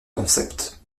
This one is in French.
concept